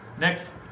Next